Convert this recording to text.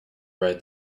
ride